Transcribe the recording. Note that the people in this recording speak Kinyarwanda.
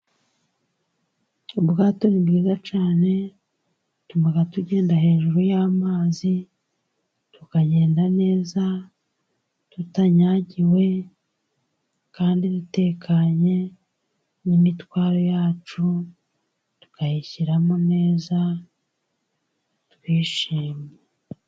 Ubwato ni bwiza cyane, butuma tugenda hejuru y'amazi, tukagenda neza tutanyagiwe kandi dutekanye, n'imitwaro yacutukayishyiramo neza twishimye.